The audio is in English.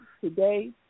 today